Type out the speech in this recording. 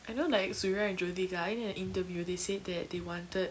I know like surya and jyothika in an interview they said that they wanted